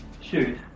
Shoot